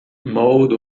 mode